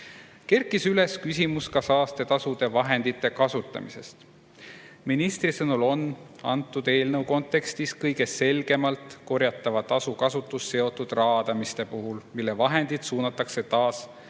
Kerkis üles küsimus ka saastetasude vahendite kasutamise kohta. Ministri sõnul on antud eelnõu kontekstis kõige selgemalt korjatava tasu kasutus seotud raadamise puhul, mille vahendid suunatakse